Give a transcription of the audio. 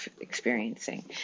experiencing